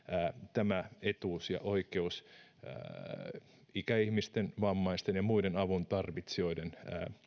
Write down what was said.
tämä etuus ja oikeus tarpeelliseksi ikäihmisten vammaisten ja muiden avuntarvitsijoiden